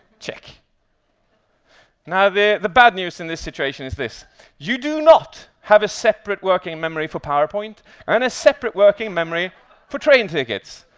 check now, the the bad news in the situation is this you do not have a separate working memory for powerpoint and a separate working memory for train tickets.